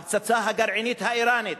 הפצצה הגרעינית האירנית.